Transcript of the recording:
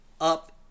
up